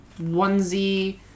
onesie